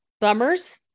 bummers